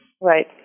Right